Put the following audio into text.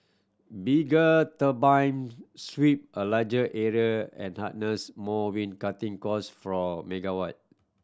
bigger turbine sweep a larger area and harness more wind cutting cost from megawatt